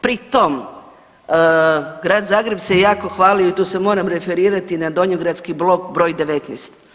Pri tom Grad Zagreb se jako hvalio i tu se moram referirati na donjogradski blok br. 19.